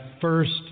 first